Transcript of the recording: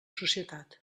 societat